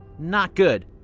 not good.